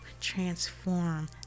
transform